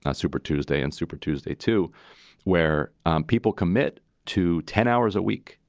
ah super tuesday and super tuesday to where people commit to ten hours a week,